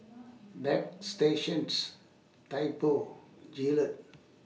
Bagstationz Typo Gillette